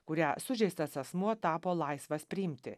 kurią sužeistas asmuo tapo laisvas priimti